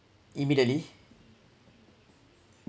immediately